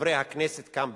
חברי הכנסת כאן בכנסת.